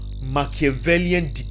Machiavellian